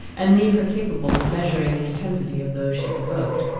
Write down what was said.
and leave her capable of measuring the intensity of those she provoked.